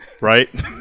Right